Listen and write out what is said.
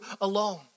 alone